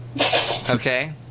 Okay